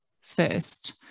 first